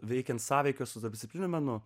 veikiant sąveikas su ta disciplina mano